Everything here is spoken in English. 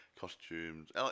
costumes